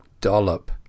Dollop